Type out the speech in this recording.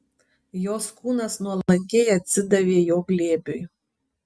jos kūnas nuolankiai atsidavė jo glėbiui